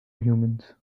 humans